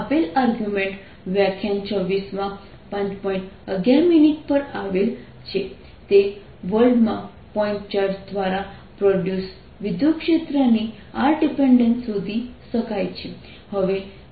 આપેલ આર્ગ્યુમેન્ટ વ્યાખ્યાન 26 માં 511 મિનિટ પર આપેલ છે તે વર્લ્ડમાં પોઇન્ટ ચાર્જ દ્વારા પ્રોડ્યૂસડ વિદ્યુતક્ષેત્રની r ડિપેન્ડેન્સ શોધી શકાય છે